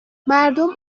مردم